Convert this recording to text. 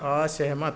असहमत